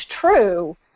true